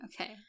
Okay